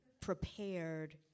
prepared